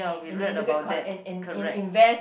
and then and and and invest